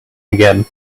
again